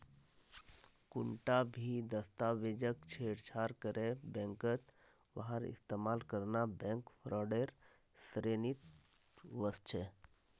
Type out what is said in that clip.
कुंटा भी दस्तावेजक छेड़छाड़ करे बैंकत वहार इस्तेमाल करना बैंक फ्रॉडेर श्रेणीत वस्छे